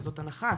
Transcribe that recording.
וזאת הנחה,